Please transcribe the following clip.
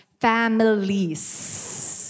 families